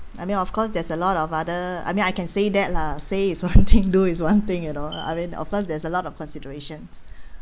I mean of course there's a lot of other I mean I can say that lah say is one thing do is one thing you know I mean of course there's a lot of considerations